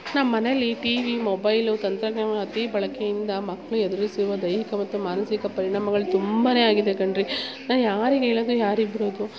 ನಮ್ಮ ಮನೇಲಿ TV mobile ತಂತ್ರಜ್ಞಾನ ಅತೀ ಬಳಕೆಯಿಂದ ಮಕ್ಕಳು ಎದುರಿಸುವ ದೈಹಿಕ ಮತ್ತು ಮಾನಸಿಕ ಪರಿಣಾಮಗಳು ತುಂಬ ಆಗಿದೆ ಕಣ್ರಿ ನಾ ಯಾರಿಗೆ ಹೇಳದು ಯಾರಿಗೆ ಬಿಡೋದು